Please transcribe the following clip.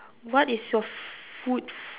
what is your food f~